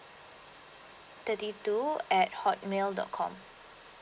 thirty two at hotmail dot com